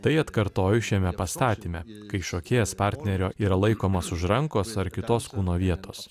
tai atkartoju šiame pastatyme kai šokėjas partnerio yra laikomas už rankos ar kitos kūno vietos